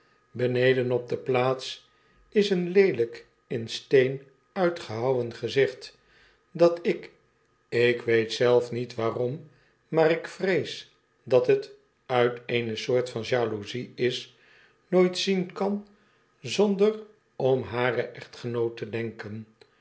beneden op de j laats iseenleelyk in steen uitgehouwen gezicht datik ik weet zelf niet waarom maar ik vrees dat het uit eene soort van jaloezie is nooit zien kan zonder om haren echtgenoot te denken